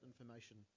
information